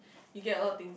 you get a lot of things